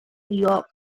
york